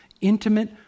intimate